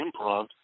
improv